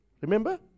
Remember